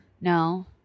No